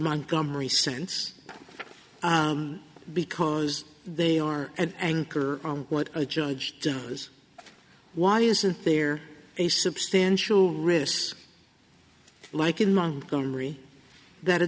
montgomery sense because they are an anchor on what a judge does why isn't there a substantial risks like in mongomery that a